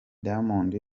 diamond